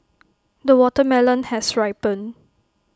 the watermelon has ripened